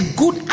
good